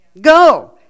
Go